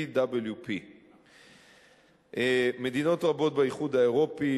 VWP. מדינות רבות באיחוד האירופי,